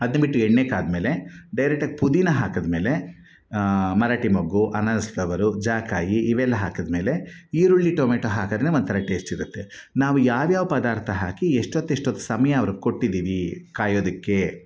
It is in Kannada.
ಅದನ್ಬಿಟ್ಟು ಎಣ್ಣೆ ಕಾದಮೇಲೆ ಡೈರೆಕ್ಟಾಗಿ ಪುದೀನ ಹಾಕಿದ್ಮೇಲೆ ಮರಾಠಿ ಮೊಗ್ಗು ಅನಾನಸ್ ಫ್ಲವರು ಜಾಕಾಯಿ ಇವೆಲ್ಲ ಹಾಕಿದ್ಮೇಲೆ ಈರುಳ್ಳಿ ಟೊಮೆಟೋ ಹಾಕಿದ್ರೆ ಒಂಥರ ಟೇಸ್ಟ್ ಸಿಗುತ್ತೆ ನಾವು ಯಾವ ಯಾವ ಪದಾರ್ಥ ಹಾಕಿ ಎಷ್ಟೊತ್ತು ಎಷ್ಟೊತ್ತು ಸಮಯ ಅವ್ರಿಗೆ ಕೊಟ್ಟಿದ್ದೀವಿ ಕಾಯೋದಕ್ಕೆ